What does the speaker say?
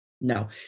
No